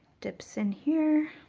dips in here,